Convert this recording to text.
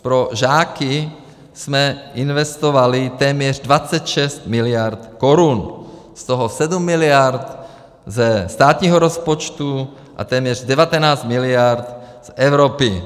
Pro žáky jsme investovali téměř 26 mld. korun, z toho 7 mld. ze státního rozpočtu a téměř 19 mld. z Evropy.